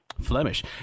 Flemish